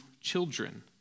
children